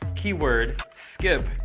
keyword skip,